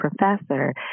professor